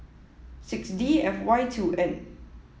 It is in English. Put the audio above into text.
six D F Y two N